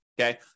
okay